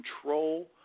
control